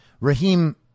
Raheem